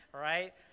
right